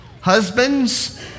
Husbands